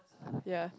yea